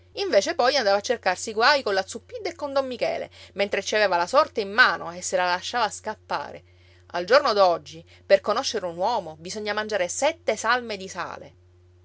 invece poi andava a cercarsi i guai con la zuppidda e con don michele mentre ci aveva la sorte in mano e se la lasciava scappare al giorno d'oggi per conoscere un uomo bisogna mangiare sette salme di sale